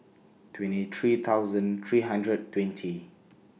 twenty three thousand three hundred and twenty